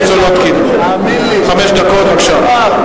חמש דקות, בבקשה.